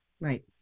Right